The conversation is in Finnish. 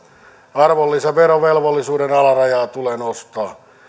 arvonlisäverovelvollisuuden alarajaa tulee nostaa